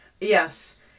Yes